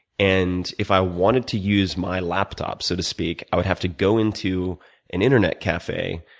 and if i wanted to use my laptop, so to speak, i would have to go into an internet cafe,